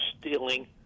stealing